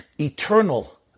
eternal